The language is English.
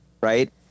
Right